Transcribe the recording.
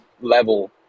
level